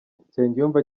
nsengiyumva